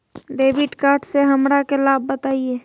Debit card से हमरा के लाभ बताइए?